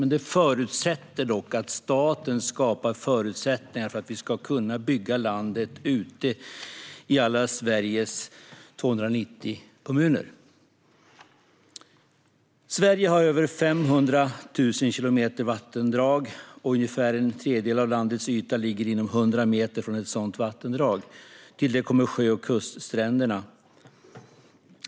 Men det förutsätter att staten skapar förutsättningar för att vi ska kunna bygga landet ute i alla Sveriges 290 kommuner. Sverige har över 500 000 kilometer vattendrag, och ungefär en tredjedel av landets yta ligger inom 100 meter från ett sådant vattendrag. Till detta kommer sjö och kuststränderna.